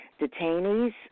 detainees